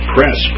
Press